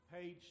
Page